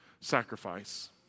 sacrifice